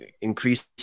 increase